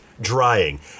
drying